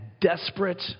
desperate